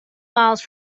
miles